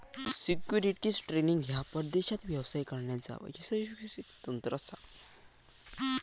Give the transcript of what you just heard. securities trading ह्या परदेशात व्यवसाय करण्याचा यशस्वी तंत्र असा